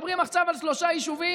צריך לכנס את תושבי הפזורה לתוך יישובים.